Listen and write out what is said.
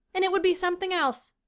and it would be something else.